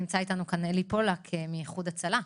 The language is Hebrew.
נמצא אתנו כאן אלי פולק מאיחוד הצלה.